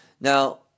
now